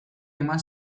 eman